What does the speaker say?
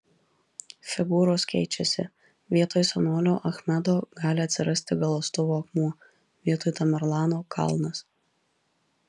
figūros keičiasi vietoj senolio achmedo gali atsirasti galąstuvo akmuo vietoj tamerlano kalnas